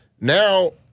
Now